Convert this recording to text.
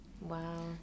Wow